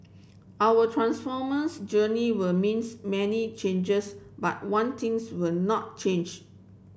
our transformers journey will means many changes but one things will not change